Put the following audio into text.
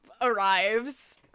arrives